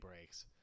breaks